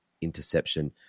interception